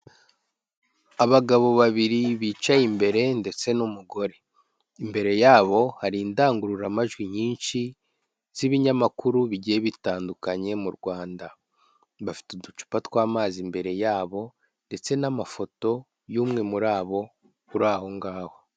Abagabo babiri bicaye imbere ndetse n'umugore, imbere yabo hari indangururamajwi nyinshi z'ibinyamakuru bigiye bitandukanye mu Rwanda, bafite uducupa tw'amazi imbere yabo ndetse n'amafoto y'umwe muri abo, uri aho ngaho.